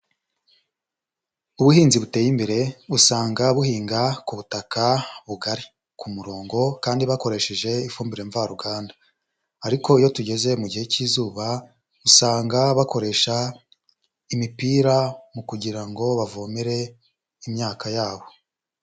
Ubuhinzi buteye imbere usanga buhinga ku butaka bugari ku murongo kandi bakoresheje ifumbire mvaruganda ariko iyo tugeze mu gihe cy'izuba, usanga bakoresha imipira mu kugira ngo bavomere imyaka yabo.